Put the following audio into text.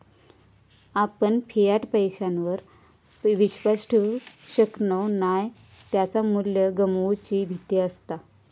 आपण फियाट पैशावर विश्वास ठेवु शकणव नाय त्याचा मू्ल्य गमवुची भीती असता